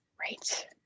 right